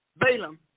Balaam